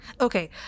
Okay